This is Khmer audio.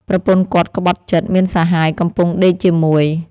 ប្រពន្ធគាត់ក្បត់ចិត្ត មានសហាយកំពុងដេកជាមួយ។